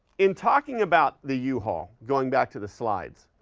in talking about the you know uhaul, going back to the slides,